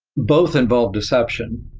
both involve deception,